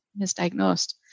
misdiagnosed